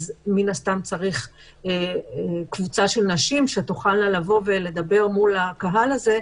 מן הסתם צריך קבוצה של נשים שתוכלנה לבוא ולדבר מול הקהל הזה.